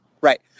Right